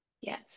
yes